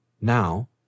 Now